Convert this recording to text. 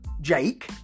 Jake